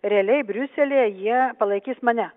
realiai briuselyje jie palaikys mane